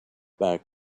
back